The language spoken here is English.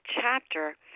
chapter